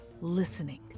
listening